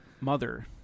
mother